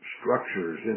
structures